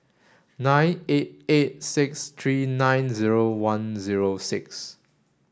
nine eight eight six three nine zero one zero six